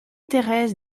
thérèse